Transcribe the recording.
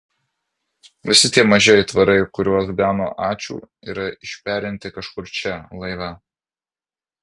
visi tie maži aitvarai kuriuos gano ačiū yra išperinti kažkur čia laive